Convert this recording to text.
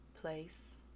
place